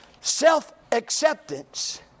self-acceptance